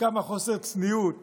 וכמה חוסר צניעות